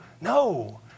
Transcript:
No